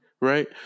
right